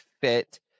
fit